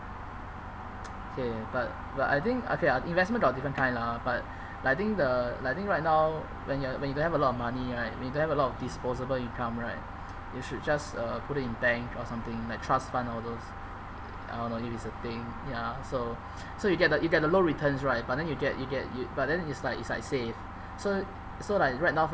ya ya but but I think okay lah investment got different kind lah but like I think the like I think right now when you are when you don't have a lot of money right when you don't have a lot of disposable income right you should just uh put it in bank or something like trust fund all those I don't know if it's a thing ya so so you get the you get the low returns right but then you get you get you but then it's like it's like saved so so like right now